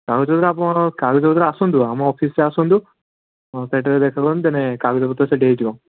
କାଗଜପତ୍ର ଆପଣଙ୍କର କାଗଜପତ୍ର ଆସନ୍ତୁ ଆମ ଅଫିସ୍ରେ ଆସନ୍ତୁ ସେଠାରେ ଦେଖା କରନ୍ତୁ ଦେନେ କାଗଜପତ୍ର ସେଇଠି ହେଇଯିବ